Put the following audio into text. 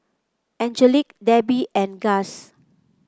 Angelique Debbi and Gust